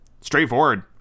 straightforward